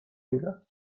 میدن